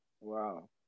Wow